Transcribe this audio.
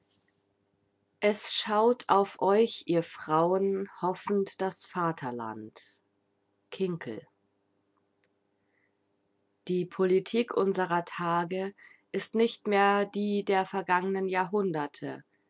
es schaut auf euch ihr frauen hoffend das vaterland kinkel die politik unserer tage ist nicht mehr die der vergangenen jahrhunderte